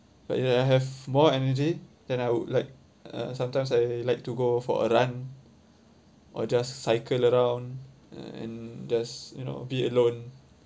but if I have more energy then I would like uh sometimes I like to go for a run or just cycle around and just you know be alone